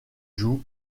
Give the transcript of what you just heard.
jouent